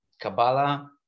Kabbalah